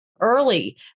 early